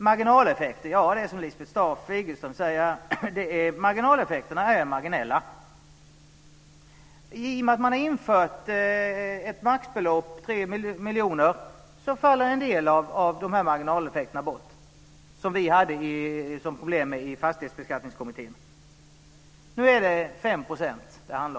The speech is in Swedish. Marginaleffekterna är, som Lisbeth Staaf Igelström sade, marginella. I och med att man har infört ett maxbelopp på 3 miljoner kronor så faller en del av dessa marginaleffekter bort, vilket var ett problem för oss i Fastighetsbeskattningskommittén. Nu handlar det om 5 %.